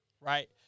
right